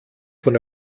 von